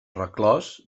reclòs